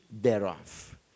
thereof